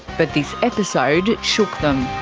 but this episode shook them.